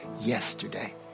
yesterday